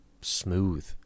smooth